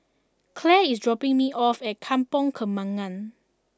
Claire is dropping me off at Kampong Kembangan